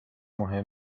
مهم